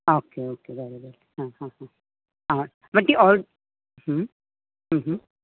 okay okay बरे बरे आं हां बट ती ओडर